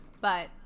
but-